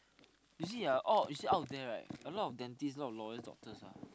you see ah all you see out of them right a lot of dentists a lot of lawyers doctors ah